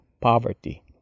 poverty